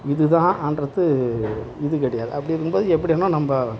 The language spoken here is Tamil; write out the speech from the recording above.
இது தான் ஆன்றது இது கிடையாது அப்படி இருக்கும் போது எப்படி வேணால் நம்ம